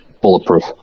bulletproof